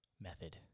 method